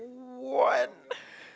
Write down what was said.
what